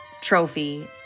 trophy